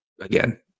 Again